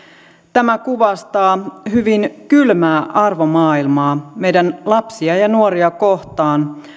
tämä kuvastaa hyvin kylmää arvomaailmaa meidän lapsia ja ja nuoria kohtaan